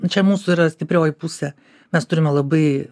nu čia mūsų yra stiprioji pusė mes turime labai